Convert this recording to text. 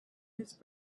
his